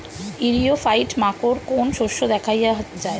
ইরিও ফাইট মাকোর কোন শস্য দেখাইয়া যায়?